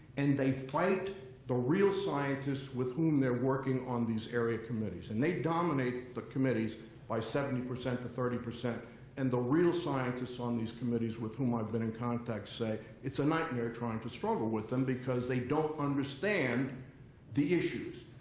and they fight the real scientists with whom they're working on these area committees. and they dominate the committees by seventy percent to thirty. and the real scientists on these committees with whom i've been in contact say, it's a nightmare trying to struggle with them. because they don't understand the issues.